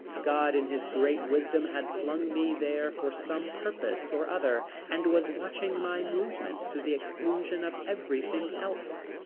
god in his great wisdom had flung me there for some purpose or other and was watching my movements to the exclusion of everything else,